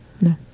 No